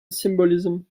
symbolism